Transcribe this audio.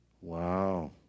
Wow